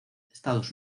estados